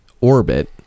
orbit